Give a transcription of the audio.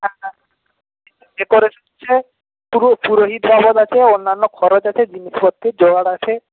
হ্যাঁ হ্যাঁ ডেকরেশন আছে পুরো পুরোহিত বাবদ আছে অন্যান্য খরচ আছে জিনিসপত্রের জোগাড় আছে